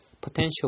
Potential